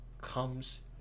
comes